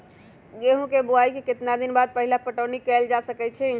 गेंहू के बोआई के केतना दिन बाद पहिला पटौनी कैल जा सकैछि?